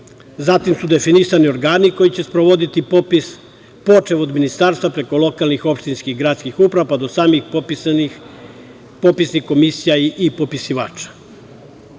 Zatim su definisani organi koji će sprovoditi popis, počev od ministarstva preko lokalnih, opštinskih i gradskih uprava, pa do samih popisnih komisija i popisivača. Radi